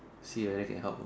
see whether can help